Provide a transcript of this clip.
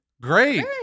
great